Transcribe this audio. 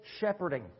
shepherding